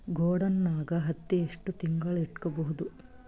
ಗೊಡಾನ ನಾಗ್ ಹತ್ತಿ ಎಷ್ಟು ತಿಂಗಳ ಇಟ್ಕೊ ಬಹುದು?